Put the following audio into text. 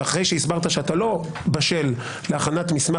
ואחרי שהסברת שאתה לא בשל להכנת מסמך